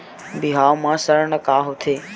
बिहाव म ऋण का होथे?